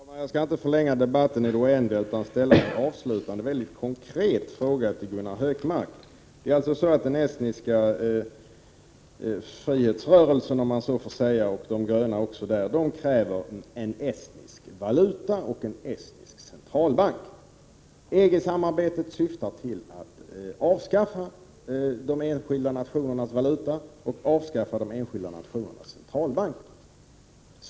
Fru talman! Jag skall inte förlänga debatten i det oändliga utan bara ställa en avslutande mycket konkret fråga till Gunnar Hökmark. Den estniska frihetsrörelsen och de estniska gröna kräver en estnisk valuta och en estnisk centralbank. EG-samarbetet syftar till att avskaffa de enskilda nationernas valuta och de enskilda nationernas centralbank.